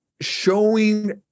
showing